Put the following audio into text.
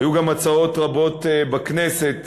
היו גם הצעות רבות בכנסת